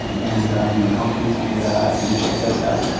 and you know companies do that. industry does that.